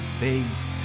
face